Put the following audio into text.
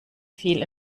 viel